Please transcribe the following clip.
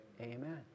Amen